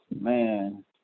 man